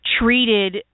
treated